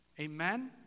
Amen